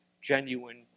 genuine